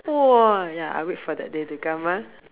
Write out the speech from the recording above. !whoa! ya I wait for that day to come ah